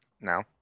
no